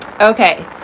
Okay